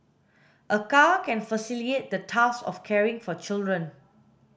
a car can facilitate the task of caring for children